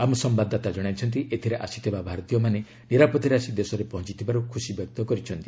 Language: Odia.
ଆମ ସମ୍ଭାଦଦାତା ଜଣାଇଛନ୍ତି ଏଥିରେ ଅସିଥିବା ଭାରତୀୟମାନେ ନିରାପଦରେ ଆସି ଦେଶରେ ପହଞ୍ଚଥିବାରୁ ଖୁସିବ୍ୟକ୍ତ କରିଛନ୍ତି